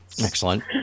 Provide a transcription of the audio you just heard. excellent